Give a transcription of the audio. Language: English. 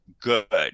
good